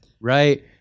Right